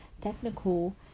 technical